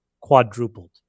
quadrupled